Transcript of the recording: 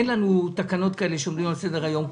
אין לנו תקנות כאלה שעומדות על סדר-היום.